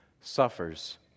suffers